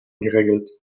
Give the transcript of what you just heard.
geregelt